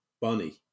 Bunny